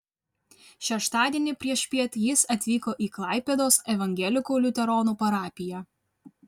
šeštadienį priešpiet jis atvyko į klaipėdos evangelikų liuteronų parapiją